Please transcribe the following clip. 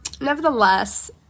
nevertheless